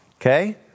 Okay